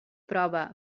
prova